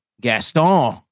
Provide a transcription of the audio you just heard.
Gaston